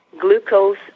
glucose